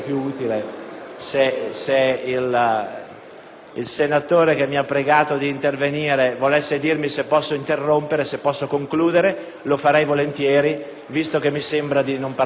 il senatore che mi ha pregato di intervenire volesse dirmi se posso concludere, lo farei volentieri, visto che mi sembra di parlare per nessuno.